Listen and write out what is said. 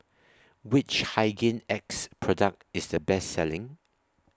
Which Hygin X Product IS The Best Selling